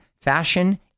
Fashion